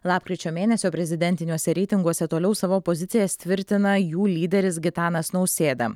lapkričio mėnesio prezidentiniuose reitinguose toliau savo pozicijas tvirtina jų lyderis gitanas nausėda